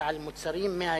אלא על מוצרים מההתנחלויות.